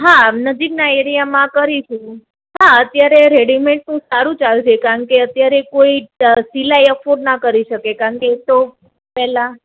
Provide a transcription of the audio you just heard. હા નજીકના એરિયામાં કરીશું હા અત્યારે રેડિમેડનું સારું ચાલશે કારણકે અત્યારે કોઈ સિલાઈ અફોર્ડ ના કરી શકે કારણકે એક તો પેલા